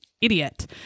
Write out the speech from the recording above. idiot